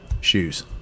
shoes